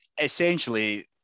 essentially